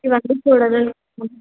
ఇవన్నీ చూడాలనుకుంటున్నాను